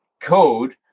code